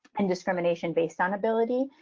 and discrimination based on ability.